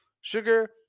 Sugar